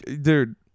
dude